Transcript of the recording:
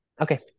Okay